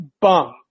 Bum